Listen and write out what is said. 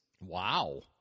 Wow